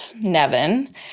Nevin